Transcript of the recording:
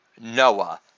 Noah